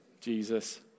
Jesus